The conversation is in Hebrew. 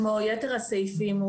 כמו יתר הסעיפים,